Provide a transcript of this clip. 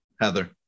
Heather